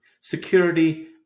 security